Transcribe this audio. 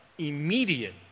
immediate